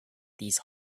these